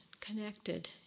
connected